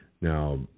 Now